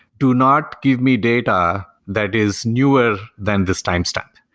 do not give me data that is newer than this timestamp,